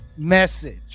message